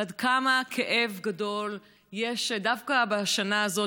וכמה כאב גדול יש דווקא בשנה הזאת,